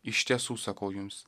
iš tiesų sakau jums